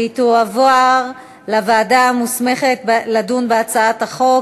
והיא תועבר לוועדה המוסמכת לדון בהצעת החוק,